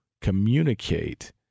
communicate